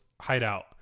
hideout